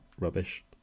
rubbish